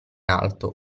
alto